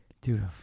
Dude